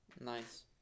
nice